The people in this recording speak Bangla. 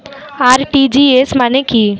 আর.টি.জি.এস মানে কি?